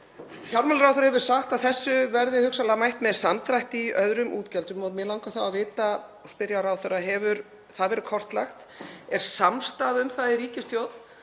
Fjármálaráðherra hefur sagt að þessu verði hugsanlega mætt með samdrætti í öðrum útgjöldum. Mig langar þá að vita og spyrja ráðherra: Hefur það verið kortlagt? Er samstaða um það í ríkisstjórn